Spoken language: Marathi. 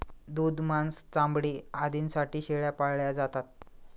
दूध, मांस, चामडे आदींसाठी शेळ्या पाळल्या जातात